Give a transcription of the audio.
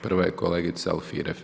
Prva je kolegica Alfirev.